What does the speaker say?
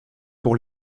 pour